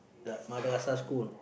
that Madrasa school